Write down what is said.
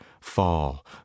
fall